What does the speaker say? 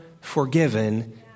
forgiven